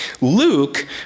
Luke